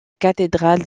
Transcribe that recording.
cathédrale